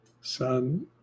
son